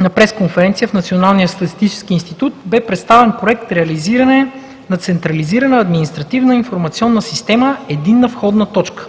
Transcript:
на пресконференция в Националния статистически институт бе представен Проект „Реализиране на Централизирана административна информационна система „Единна входна точка“